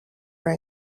are